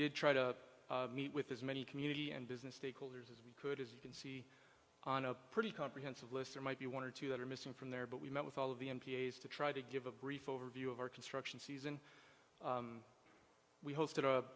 did try to meet with as many community and business stakeholders as we could as you can see on a pretty comprehensive list there might be one or two that are missing from there but we met with all of the m p s to try to give a brief overview of our construction season we hosted